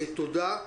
תודה.